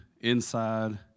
inside